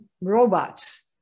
robots